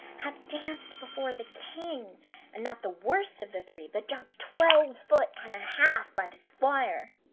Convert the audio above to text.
hath danced before the king and not the worst of the three but jumps twelve foot and a half by the squire.